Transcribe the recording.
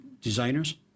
designers